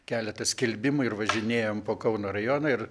keletą skelbimų ir važinėjom po kauno rajoną ir